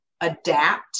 adapt